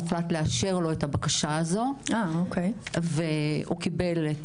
הוחלט לאשר לו את הבקשה הזו והוא קיבל את